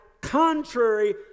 contrary